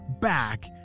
back